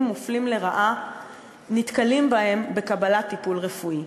מופלים לרעה נתקלים בהן בקבלת טיפול רפואי.